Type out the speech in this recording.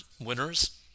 winners